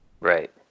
Right